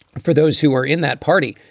for those who are in that party,